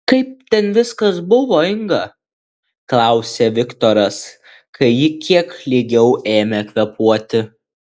kaip ten viskas buvo inga klausė viktoras kai ji kiek lygiau ėmė kvėpuoti